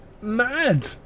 mad